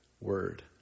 word